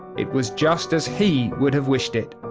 it was just as he would have wished it.